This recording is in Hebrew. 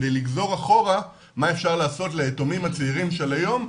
כדי לגזור אחורה מה אפשר לעשות ליתומים הצעירים של היום,